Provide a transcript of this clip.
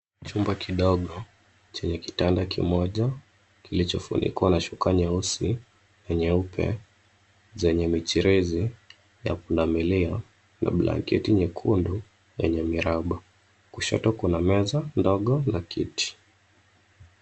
Chumba kidogo chenye kitanda kimoja kilichofunikwa na shuka nyeusi na nyeupe zenye micherezi ya pundamilia na blanketi nyekundu yenye miraba . Kushoto kuna meza ndogo na kiti.